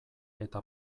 eta